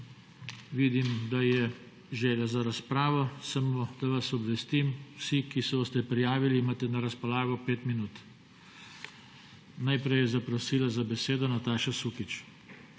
Vidim, da je želja za razpravo; samo, da vas obvestim, vsi, ki se boste prijavili, imate na razpolago 5 minut. Najprej je zaprosila za besedo Nataša Sukič.